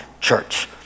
church